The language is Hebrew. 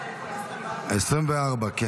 25 א'.